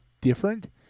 different